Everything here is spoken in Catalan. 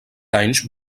anys